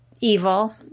Evil